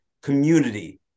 community